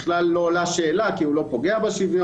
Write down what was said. בכלל לא עולה שאלה כי הוא לא פוגע בשוויון,